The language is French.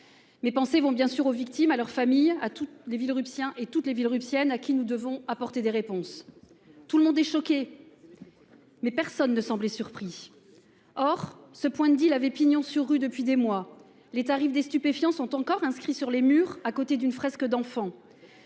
Mes pensées vont bien sûr aux victimes, à leurs familles à toutes les villes russes siens et toutes les villes russes tiennent à qui nous devons apporter des réponses. Tout le monde est choqué. Mais personne ne semblait surpris. Or ce point de deal avait pignon sur rue depuis des mois, les tarifs des stupéfiants sont encore inscrits sur les murs à côté d'une fresque d'enfants.